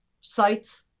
sites